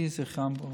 יהי זכרם ברוך.